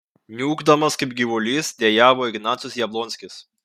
niūkdamas kaip gyvulys dejavo ignacius jablonskis